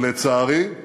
אבל, לצערי,